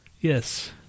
Yes